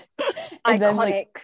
Iconic